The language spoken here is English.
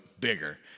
bigger